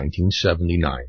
1979